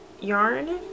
yarn